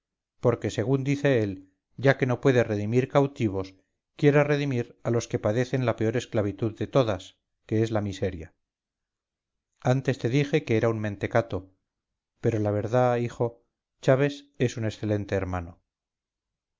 porque según dice él ya que no puede redimir cautivos quiere redimir a los que padecen la peor esclavitud de todas que es la miseria antes te dije que era un mentecato pero la verdad hijo chaves es un excelente hermano